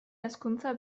hezkuntza